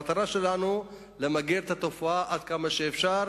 המטרה שלנו היא למגר את התופעה עד כמה שאפשר,